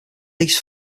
least